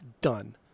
done